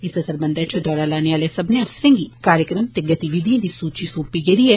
इस सरबंधै च दौरा लने आले सब्बने अफसरें गी कार्यक्रम ते गतिविधिएं दी सूचि सौंपी गेदी ऐ